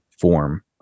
form